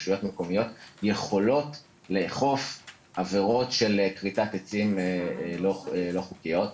רשויות מקומיות יכולות לאכוף עבירות של כריתת עצים לא חוקיות.